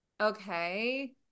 Okay